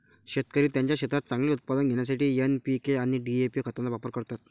शेतकरी त्यांच्या शेतात चांगले उत्पादन घेण्यासाठी एन.पी.के आणि डी.ए.पी खतांचा वापर करतात